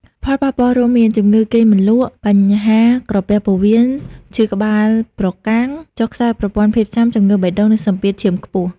ផលប៉ះពាល់រួមមាន ជំងឺគេងមិនលក់ បញ្ហាក្រពះពោះវៀន ឈឺក្បាលប្រកាំង ចុះខ្សោយប្រព័ន្ធភាពស៊ាំ ជំងឺបេះដូង និងសម្ពាធឈាមខ្ពស់។